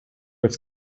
its